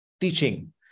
teaching